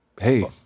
hey